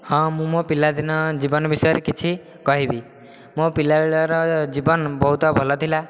ହଁ ମୁଁ ମୋ' ପିଲାଦିନ ଜୀବନ ବିଷୟରେ କିଛି କହିବି ମୋ' ପିଲା ବେଳର ଜୀବନ ବହୁତ ଭଲ ଥିଲା